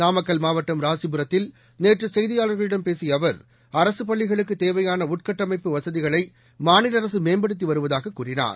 நாமக்கல் மாவட்டம் ராசிபுரத்தில் நேற்று செய்தியாளர்களிடம் பேசிய அவர் அரசு பள்ளிகளுக்குத் தேவையான உள்கட்டமைப்பு வசதிகளை மாநில அரசு மேம்படுத்தி வருவதாக கூறினார்